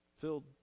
filled